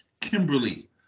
Kimberly